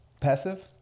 passive